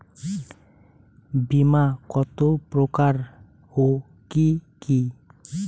বীমা কত প্রকার ও কি কি?